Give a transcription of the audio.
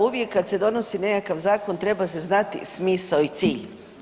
Uvijek kad se donosi nekakav zakon treba se znati smisao i cilj.